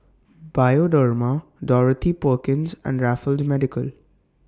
Bioderma Dorothy Perkins and Raffles Medical